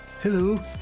Hello